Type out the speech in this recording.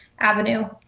avenue